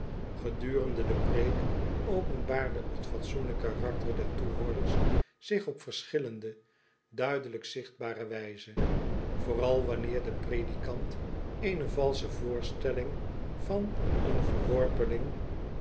gedurende de preek openbaarde t fatsoenlijk karakter der toehoorders zich op verschillende duidelijk zichtbare wijze vooral wanneer de predikant eene valsche voorstelling van een verworpeling